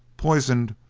poisoned,